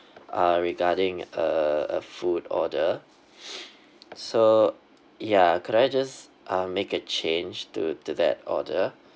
uh regarding a a food order so ya could I just uh make a change to to that order